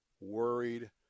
worried